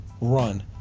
run